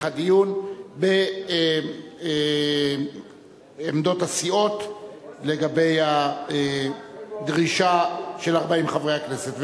הדיון בעמדות הסיעות לפי הדרישה של 40 חברי הכנסת.